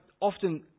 often